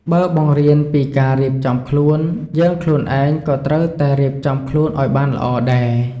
បើបង្រៀនពីការរៀបចំខ្លួន យើងខ្លួនឯងក៏ត្រូវតែរៀបចំខ្លួនបានល្អដែរ។